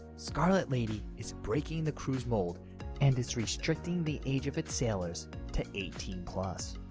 scarlet lady is breaking the cruise mold and is restricting the age of its sailors to eighteen plus.